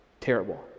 terrible